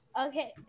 Okay